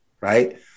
Right